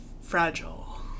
fragile